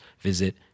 visit